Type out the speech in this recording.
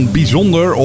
bijzonder